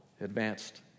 advanced